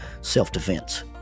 Self-Defense